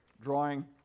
drawing